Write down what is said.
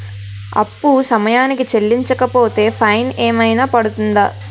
అప్పు సమయానికి చెల్లించకపోతే ఫైన్ ఏమైనా పడ్తుంద?